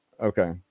Okay